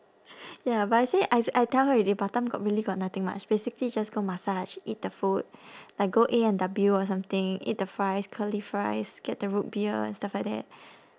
ya but I say I I tell her already batam got really got nothing much basically just go massage eat the food like go A&W or something eat the fries curly fries get the root beer and stuff like that